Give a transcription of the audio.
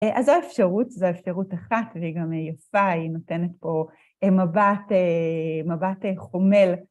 אז האפשרות זו אפשרות אחת, והיא גם יפה, היא נותנת פה מבט חומל.